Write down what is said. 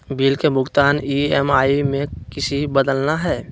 Bill के भुगतान EMI में किसी बदलना है?